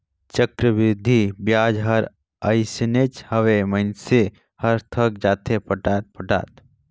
चक्रबृद्धि बियाज हर अइसनेच हवे, मइनसे हर थक जाथे पटात पटात